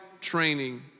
training